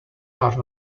are